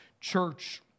church